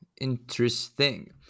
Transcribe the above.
Interesting